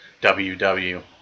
WW